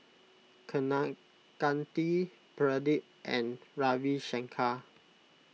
Kaneganti Pradip and Ravi Shankar